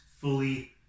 fully